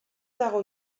dago